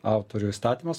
autorių įstatymas